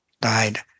died